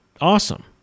Awesome